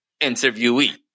interviewee